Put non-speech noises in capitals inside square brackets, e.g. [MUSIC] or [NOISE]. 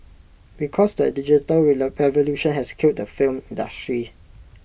because the digital [UNINTELLIGIBLE] evolution has killed the film industry